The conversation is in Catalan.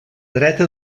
dreta